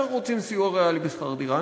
אנחנו רוצים סיוע ריאלי בשכר דירה.